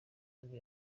nibwo